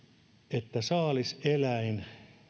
että saaliseläin